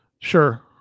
Sure